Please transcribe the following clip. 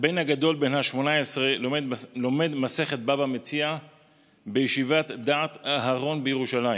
הבן הגדול בן ה-18 לומד מסכת בבא מציעא בישיבת דעת אהרן בירושלים.